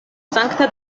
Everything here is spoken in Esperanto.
sankta